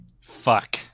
Fuck